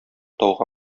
тауга